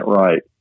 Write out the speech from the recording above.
right